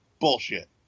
bullshit